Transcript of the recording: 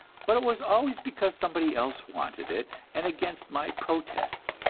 but it was always because somebody else wanted it, and against my protest.